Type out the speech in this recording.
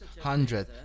hundred